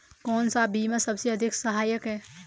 कौन सा बीमा सबसे अधिक सहायक है?